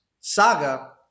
saga